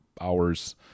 hours